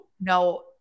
no